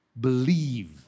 believe